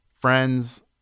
Friends